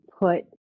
put